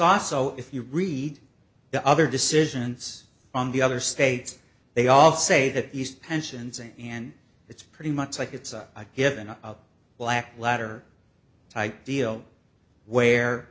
also if you read the other decisions on the other states they all say that east tensions and it's pretty much like it's a given a black latter type deal where